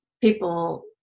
people